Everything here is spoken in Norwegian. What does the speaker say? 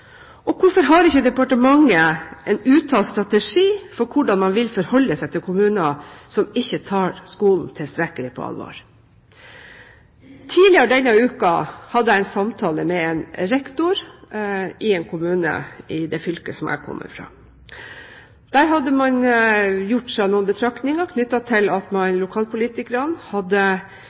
Og hvorfor har ikke departementet en uttalt strategi for hvordan man vil forholde seg til kommuner som ikke tar skolen tilstrekkelig på alvor? Tidligere denne uken hadde jeg en samtale med en rektor i en kommune i det fylket jeg kommer fra. Der hadde man gjort seg noen betraktninger knyttet til at lokalpolitikerne hadde